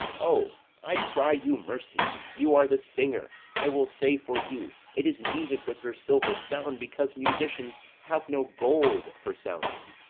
o, i cry you mercy! you are the singer. i will say for you. it is music with her silver sound because musicians have no gold for sounding.